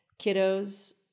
kiddos